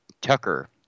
Tucker